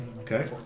Okay